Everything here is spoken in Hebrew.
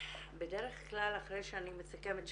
בדרך כלל אחרי שאני מסכמת-